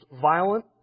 violent